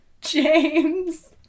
James